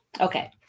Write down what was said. okay